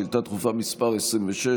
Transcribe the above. שאילתה דחופה מס' 26,